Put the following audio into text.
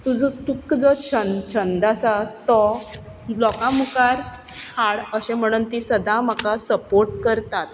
तुजो तूक जो छंद आसा तो लोकां मुखार हाड अशें म्हुणून तीं सद्दां म्हाका सपोर्ट करतात